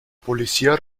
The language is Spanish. policía